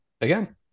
again